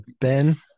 Ben